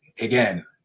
again